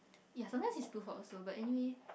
ya sometimes it's too hot also but anyway